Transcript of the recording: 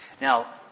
Now